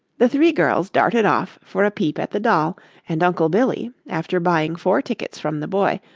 the three girls darted off for a peep at the doll and uncle billy, after buying four tickets from the boy,